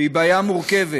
והיא בעיה מורכבת.